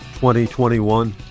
2021